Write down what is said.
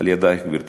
על-ידך, גברתי.